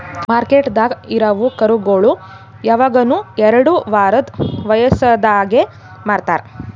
ಮಾರ್ಕೆಟ್ದಾಗ್ ಇರವು ಕರುಗೋಳು ಯವಗನು ಎರಡು ವಾರದ್ ವಯಸದಾಗೆ ಮಾರ್ತಾರ್